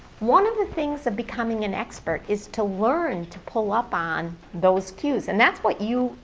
one of the things of becoming an expert is to learn to pull up on those cues. and that's what you,